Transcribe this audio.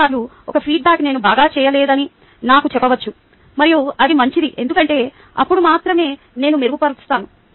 చాలా సార్లు ఒక ఫీడ్బ్యాక్ నేను బాగా చేయలేదని నాకు చెప్పవచ్చు మరియు అది మంచిది ఎందుకంటే అప్పుడు మాత్రమే నేను మెరుగుపరుస్తాను